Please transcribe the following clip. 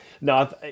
No